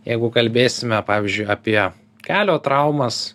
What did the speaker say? jeigu kalbėsime pavyzdžiui apie kelio traumas